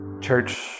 church